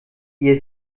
ihr